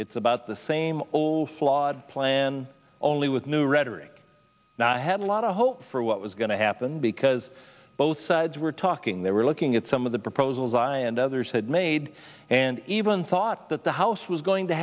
it's about the same old flawed plan only with new rhetoric now i had a lot of hope for what was going to happen because both sides were talking they were looking at some of the proposals i and others had made and even thought that the house was going to